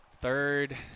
third